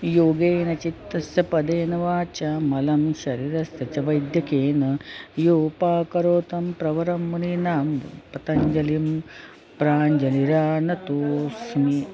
योगेन चित्तस्य पदेन वाचां मलं शरीरस्य च वैद्यकेन योपाकरोत् तं प्रवरं मुनीनां पतञ्जलि प्राञ्जलिरानतोस्मि